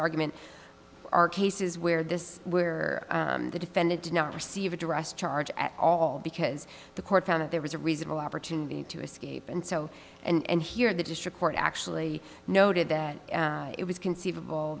argument are cases where this where the defendant did not receive address charge at all because the court found that there was a reasonable opportunity to escape and so and here in the district court actually noted that it was conceivable